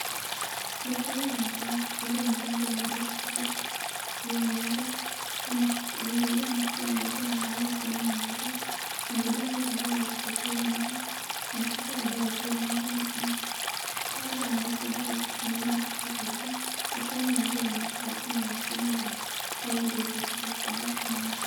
Daktari anaonekana kutibu mgonjwa mmoja katika tukio moja, amevalia maski nyeupe na amevalia aproni nyeupe na vidonge vya dawa ziko juu ya meza na chupa ya dawa juu ya meza na kuna pahali ameeka dawa kusimama kutoka juu, aproni moja imeekwa juu na mashine za faili ziko katika kabati moja.